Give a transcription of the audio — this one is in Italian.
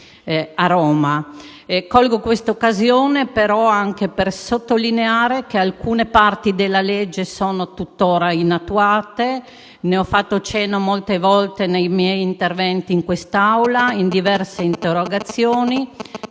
a Roma. Colgo questa occasione però anche per sottolineare che alcune parti della legge sono tuttora inattuate. Vi ho fatto cenno molte volte negli interventi svolti in Aula ed in diverse interrogazioni.